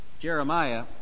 Jeremiah